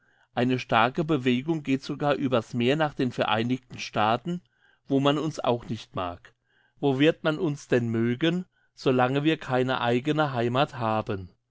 eine starke bewegung geht sogar über's meer nach den vereinigten staaten wo man uns auch nicht mag wo wird man uns denn mögen solange wir keine eigene heimat haben